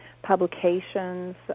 publications